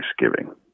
Thanksgiving